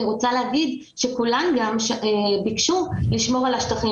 אני רוצה לומר שכולן ביקשו לשמור על השטחים